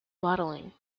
bottling